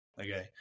Okay